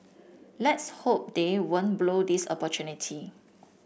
let's hope they won't blow this opportunity